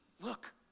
Look